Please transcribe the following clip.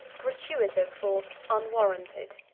gratuitous for unwarranted.